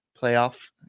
playoff